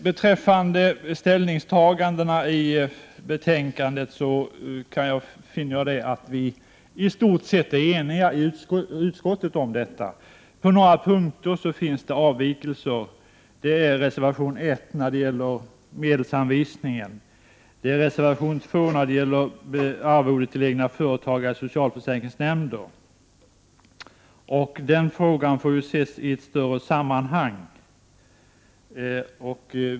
Beträffande ställningstagandena i betänkandet finner jag att vi i utskottet i stort sett är eniga om dessa. Det finns avvikelser på några punkter. I reservation 2 behandlas frågan om arvode till egna företagare som är ledamöter i socialförsäkringsnämnd. Denna fråga får ses i ett större sammanhang.